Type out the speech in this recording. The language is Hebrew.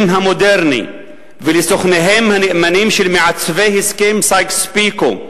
המודרני ולסוכניהם הנאמנים של מעצבי הסכם סייקס-פיקו,